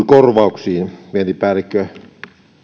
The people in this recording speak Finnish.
korvauksiin vientipäällikön